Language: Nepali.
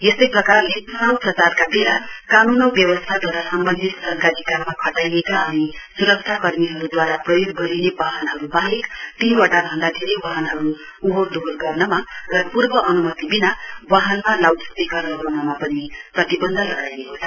यस्तै प्रकारले चुनाउ प्रचारका वेला कानून औ व्यवस्था तथा सम्वन्धित सरकारी काममा खटाएका अनि सुरक्षा कर्मीहरूद्वारा प्रोयग गर्ने वहनहरू वाहेक तीन वटा भन्दा धेरै वाहनहरू ओहोर गर्नका र पूर्व अनुमति विना वाहनमा लाउड स्पीकर लगाउनमा पनि प्रतिवन्ध लगाएका छ